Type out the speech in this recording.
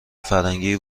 فرهنگی